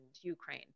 Ukraine